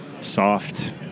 soft